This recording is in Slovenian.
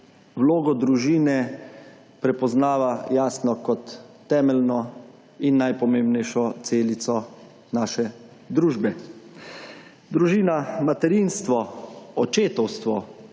vlogo družine prepoznava jasno kot temeljno in najpomembnejšo celico naše družbe. Družina, materinstvo, očetovstvo,